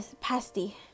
pasty